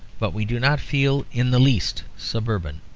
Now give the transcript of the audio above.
but we do not feel in the least suburban.